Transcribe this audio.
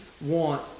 want